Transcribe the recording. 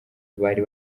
bari